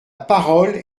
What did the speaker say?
parole